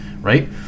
right